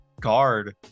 guard